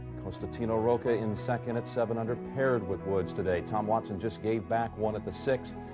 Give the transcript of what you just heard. constantino rocca in second, at seven under paired with woods. today tom watson just gave back one at the sixth.